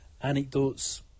anecdotes